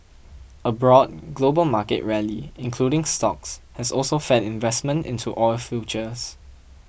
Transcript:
a broad global market rally including stocks has also fed investment into oil futures